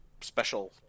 special